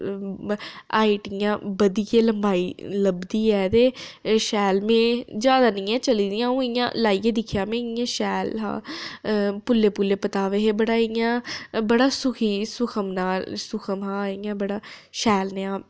height इ'यां बधियै लंबाई लभदी ऐ ते शैल में जैदा निं ऐ चली दियां अ'ऊं लाइयै दिक्खेआ में शैल हा पुल्ले पुल्ले पताबे बड़ा इ'यां बड़ा सुखी सूखमदार सूखम हा बड़ा इ'यां शैल नेहा